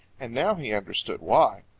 and now he understood why.